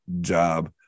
job